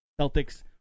Celtics